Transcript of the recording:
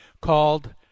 called